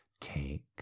Take